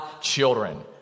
children